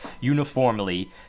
uniformly